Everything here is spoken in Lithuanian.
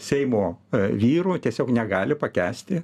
seimo vyrų tiesiog negali pakęsti